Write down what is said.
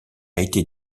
été